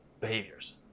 behaviors